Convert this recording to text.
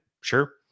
sure